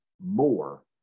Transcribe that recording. more